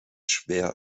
schwer